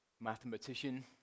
mathematician